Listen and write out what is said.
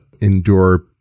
endure